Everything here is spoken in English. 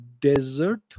desert